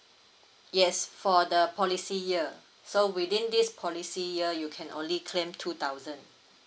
yes for the policy year so within this policy year you can only claim two thousand